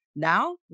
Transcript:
Now